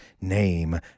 name